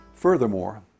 Furthermore